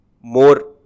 more